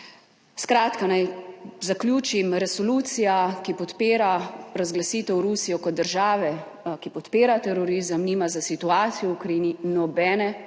Naj zaključim. Resolucija, ki podpira razglasitev Rusije kot države, ki podpira terorizem, nima za situacijo v Ukrajini nobene